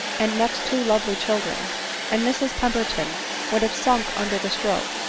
and next two lovely children and mrs peraberton would have sunk under the stroke,